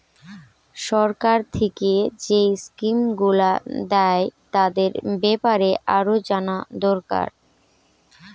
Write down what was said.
সরকার থিকে যেই স্কিম গুলো দ্যায় তাদের বেপারে আরো জানা দোরকার